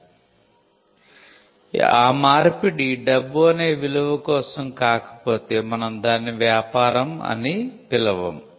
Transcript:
ఆ 'మార్పిడి' డబ్బు అనే విలువ కోసం కాకపోతే మనం దానిని వ్యాపారం అని పిలవము